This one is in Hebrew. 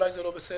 אולי זה לא בסדר,